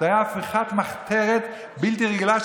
זו הייתה הפיכת מחתרת בלתי רגילה,